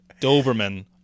Doberman